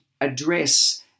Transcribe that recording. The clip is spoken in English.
address